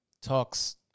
talks